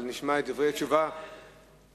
אבל נשמע את דברי התשובה של השר.